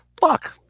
Fuck